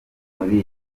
muri